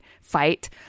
fight